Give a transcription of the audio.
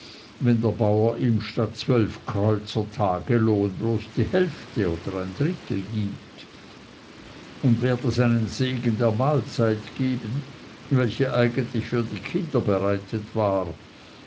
wenn der bauer ihm statt zwölf kreuzer taglohn bloß die hälfte oder ein drittel gibt und werde seinen segen der mahlzeit geben welche eigentlich für die kinder bereitet war